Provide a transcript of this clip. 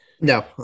No